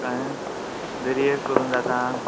हय दऱ्यार करूं जाता